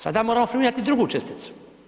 Sada moramo formirati drugu česticu.